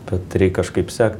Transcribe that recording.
bet reik kažkaip sekt